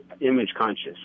image-conscious